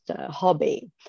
hobby